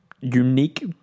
Unique